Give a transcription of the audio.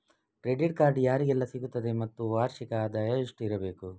Credit card ಯಾರಿಗೆಲ್ಲ ಸಿಗುತ್ತದೆ ಮತ್ತು ವಾರ್ಷಿಕ ಎಷ್ಟು ಆದಾಯ ಇರಬೇಕು?